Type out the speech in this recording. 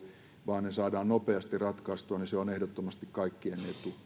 vaan ne saadaan nopeasti ratkaistua on ehdottomasti kaikkien